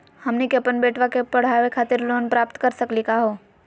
हमनी के अपन बेटवा क पढावे खातिर लोन प्राप्त कर सकली का हो?